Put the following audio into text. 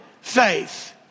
faith